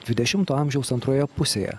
dvidešimto amžiaus antroje pusėje